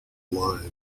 line